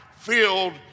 filled